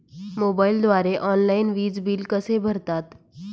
मोबाईलद्वारे ऑनलाईन वीज बिल कसे भरतात?